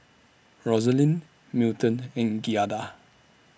Rosalyn Milton and Giada